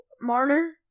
Marner